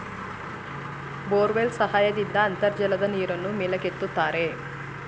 borewell ಸಹಾಯದಿಂದ ಅಂತರ್ಜಲದ ನೀರನ್ನು ಮೇಲೆತ್ತುತ್ತಾರೆ